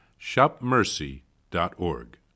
shopmercy.org